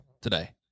today